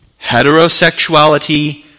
heterosexuality